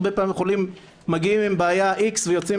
הרבה פעמים חולים מגיעים עם בעיה X ויוצאים